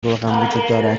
روغن